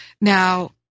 Now